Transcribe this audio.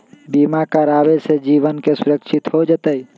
बीमा करावे से जीवन के सुरक्षित हो जतई?